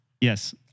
Yes